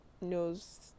knows